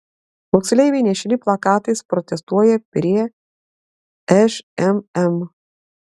moksleiviai nešini plakatais protestuoja prie šmm